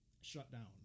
shutdown